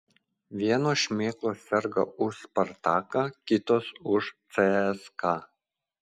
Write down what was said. vienos šmėklos serga už spartaką kitos už cska